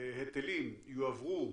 שההיטלים יועברו